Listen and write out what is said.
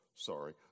Sorry